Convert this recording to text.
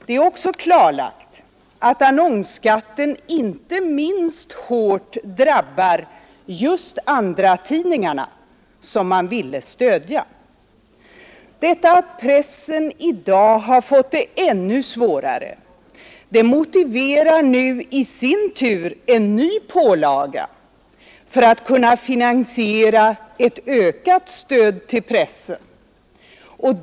Det är också klarlagt att annonsskatten inte minst hårt drabbar just andratidningarna, som man ville stödja. Att pressen i dag har fått det ännu svårare motiverar nu i sin tur en ny pålaga för att kunna finansiera ett ökat stöd till pressen.